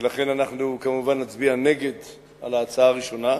ולכן אנחנו, כמובן, נצביע נגד על ההצעה הראשונה,